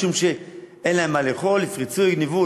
משום שאין להם מה לאכול והם יפרצו ויגנבו,